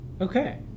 Okay